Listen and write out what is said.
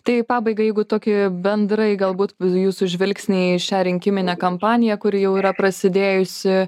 tai pabaigai jeigu tokie bendrai galbūt jūsų žvilgsniai į šią rinkiminę kampaniją kuri jau yra prasidėjusi